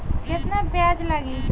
केतना ब्याज लागी?